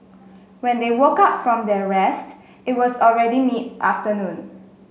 when they woke up from their rest it was already mid afternoon